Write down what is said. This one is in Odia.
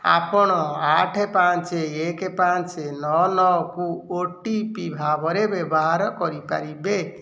ଆପଣ ଆଠ ପାଞ୍ଚ ଏକ ପାଞ୍ଚ ନଅ ନଅକୁ ଓ ଟି ପି ଭାବରେ ବ୍ୟବହାର କରିପାରିବେ